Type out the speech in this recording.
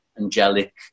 angelic